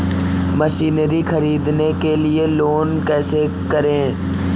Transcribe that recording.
Machinery ख़रीदने के लिए लोन कैसे करें?